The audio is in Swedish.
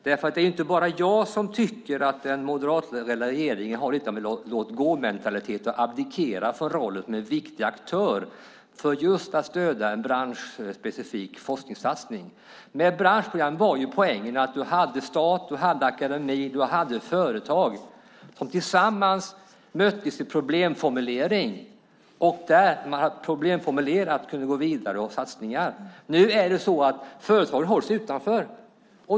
Det är inte bara jag som tycker att den moderatledda regeringen har lite av en låtgåmentalitet och att den har abdikerat från rollen som en viktig aktör just när det gäller att stödja en branschspecifik forskningssatsning. Poängen med branschprogrammen var att man hade stat, akademi och företag som tillsammans möttes i problemformulering. När man hade problemformulerat kunde man sedan gå vidare i satsningar. Nu hålls företagen utanför.